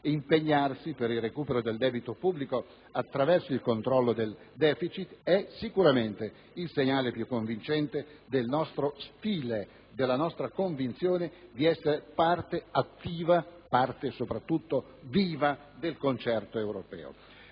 impegnarsi per il recupero del debito pubblico, attraverso il controllo del deficit*,* è sicuramente il segnale più convincente del nostro stile, della nostra convinzione di essere parte attiva, parte soprattutto viva del concerto europeo,